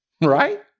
Right